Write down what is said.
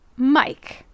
Mike